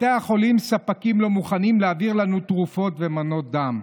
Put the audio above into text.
"בתי החולים: ספקים לא מוכנים להעביר לנו תרופות ומנות דם".